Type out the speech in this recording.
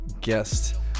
guest